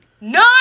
Nine